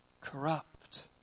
corrupt